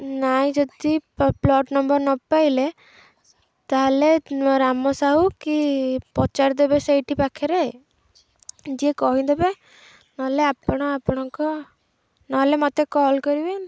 ନାଇଁ ଯଦି plot number ନ ପାଇଲେ ତାହେଲେ ରାମ ସାହୁ କି ପଚାରିଦେବେ ସେଇଠି ପାଖରେ ଯିଏ କହିଦେବେ ନହେଲେ ଆପଣ ଆପଣଙ୍କ ନହେଲେ ମୋତେ କଲ୍ କରିବେ